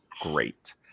great